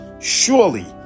Surely